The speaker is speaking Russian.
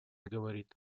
говорит